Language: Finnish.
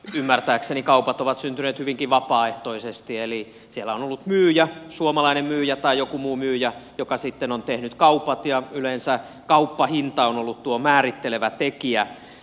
ymmärtääkseni kaupat ovat syntyneet hyvinkin vapaaehtoisesti eli siellä on ollut myyjä suomalainen myyjä tai joku muu myyjä joka sitten on tehnyt kaupat ja yleensä kauppahinta on ollut tuo määrittelevä tekijä